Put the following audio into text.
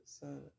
son